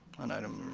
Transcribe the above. on item.